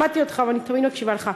שמעתי אותך ואני תמיד מקשיבה לך,